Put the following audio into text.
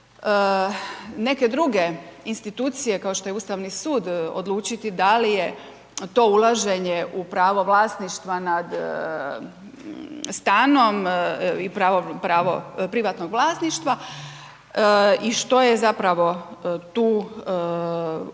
neke druge institucije kao što je Ustavni sud odlučiti da li je to ulaženje u pravo vlasništva nad stanom i pravo privatnog vlasništva i što je zapravo tu ima